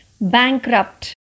bankrupt